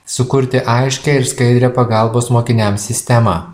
sukurti aiškią ir skaidrią pagalbos mokiniams sistemą